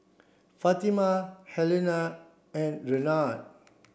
Fatima Helena and Raynard